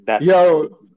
Yo